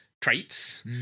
traits